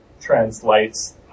translates